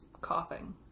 coughing